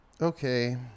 Okay